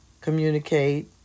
communicate